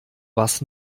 was